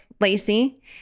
Lacey